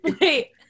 Wait